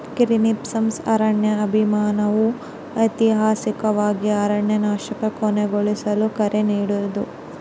ಗ್ರೀನ್ಪೀಸ್ನ ಅರಣ್ಯ ಅಭಿಯಾನವು ಐತಿಹಾಸಿಕವಾಗಿ ಅರಣ್ಯನಾಶನ ಕೊನೆಗೊಳಿಸಲು ಕರೆ ನೀಡೋದು